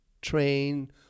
train